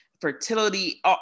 fertility